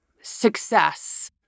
success